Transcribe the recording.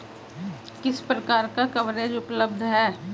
किस प्रकार का कवरेज उपलब्ध है?